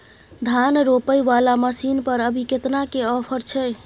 धान रोपय वाला मसीन पर अभी केतना के ऑफर छै?